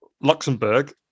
Luxembourg